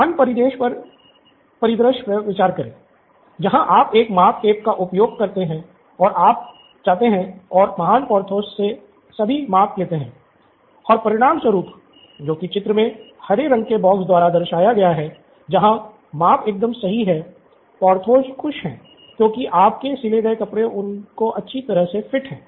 अन्य परिदृश्य पर विचार करें जहां आप एक माप टेप का उपयोग करते हैं और आप जाते हैं और महान पोरथोस से सभी माप लेते हैं और परिणामस्वरूप -जोकि चित्र मे हरे रंग के बॉक्स द्वारा दर्शाया गया है जहां माप एकदम सही हैं पोर्थोस खुश हैं क्योंकि आपके सिले गए कपड़े उनको अच्छी तरह से फिट हैं